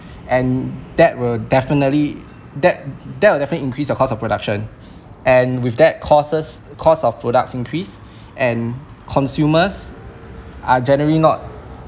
and that will definitely that that will definitely increase your cost of production and with that costs costs of products increase and consumers are generally not